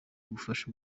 bufasha